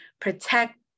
protect